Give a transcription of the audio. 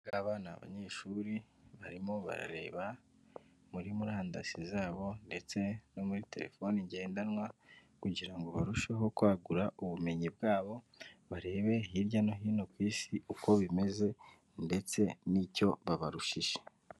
Aba ni abanyeshuri barimo barareba muri murandasi zabo ndetse no muri telefoni ngendanwa, kugira ngo barusheho kwagura ubumenyi bwabo barebe hirya no hino ku isi uko bimeze ndetse n'icyo babarushije.